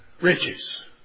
riches